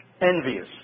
envious